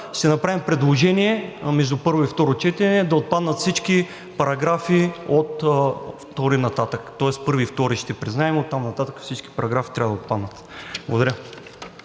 ще направим предложение между първо и второ четене да отпаднат всички параграфи от втори нататък, тоест първи и втори ще признаем, оттам нататък всички параграфи трябва да отпаднат. Благодаря.